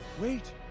Wait